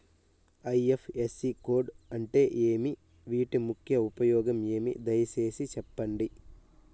IFSC code అంటే ఏమి? వీటి ముఖ్య ఉపయోగం ఏమి? దయసేసి సెప్పండి?